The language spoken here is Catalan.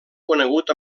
conegut